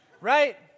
right